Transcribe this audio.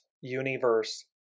universe